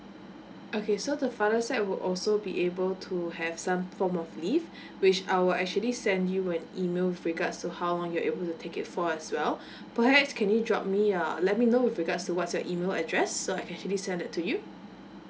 okay so the father side will also be able to have some form of leave which I will actually send you an email with regards to how on you able take it for as well perhaps can you drop me uh let me know with regards to what's your email address so I can actually send that to you